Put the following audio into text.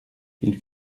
ils